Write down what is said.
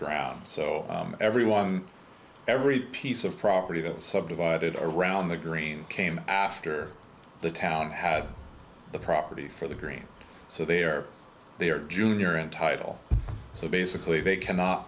ground so everyone every piece of property goes subdivided around the green came after the town had the property for the green so there they are junior and title so basically they cannot